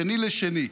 שני לשני.